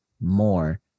more